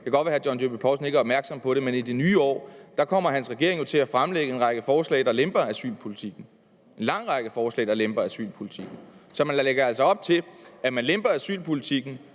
Det kan godt være, at hr. John Dyrby Paulsen ikke er opmærksom på det, men i det nye år kommer hans regering jo til at fremlægge en række forslag, der lemper asylpolitikken, en lang række forslag, der lemper asylpolitikken. Så man lægger altså op til, at man lemper asylpolitikken.